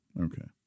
Okay